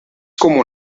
como